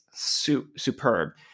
Superb